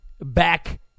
Back